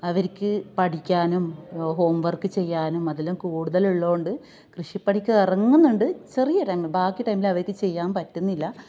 അവര്ക്ക് പഠിക്കാനും homework ചെയ്യാനും അതെല്ലാം കൂടുതലുള്ളോണ്ട് കൃഷിപ്പണിക്കിറങ്ങുന്നുണ്ട് ചെറിയൊരങ്ങ് ബാക്കി ടൈമിലവര്ക്ക് ചെയ്യാന് പറ്റുന്നില്ല